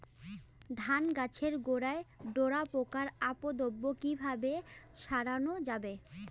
ধান গাছের গোড়ায় ডোরা পোকার উপদ্রব কি দিয়ে সারানো যাবে?